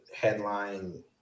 headline